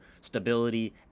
stability